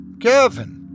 Kevin